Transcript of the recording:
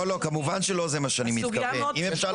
לא, כמובן שזה לא מה שאני מתכוון, אם אפשר